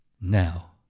now